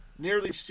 nearly